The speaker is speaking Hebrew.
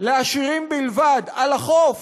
לעשירים בלבד על החוף,